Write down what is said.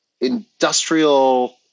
industrial